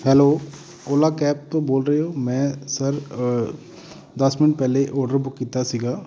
hello Ola cab ਤੋਂ ਬੋਲ ਰਹੇ ਹੋ ਮੈਂ ਸਰ ਦਸ ਮਿੰਟ ਪਹਿਲਾਂ ਔਡਰ ਬੁੱਕ ਕੀਤਾ ਸੀਗਾ